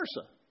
versa